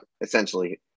essentially